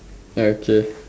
okay